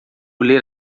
ler